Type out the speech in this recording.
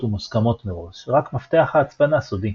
ומוסכמות מראש - רק מפתח ההצפנה סודי.